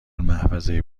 محفظه